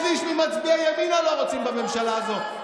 שני שלישים ממצביעי ימינה לא רוצים בממשלה הזאת,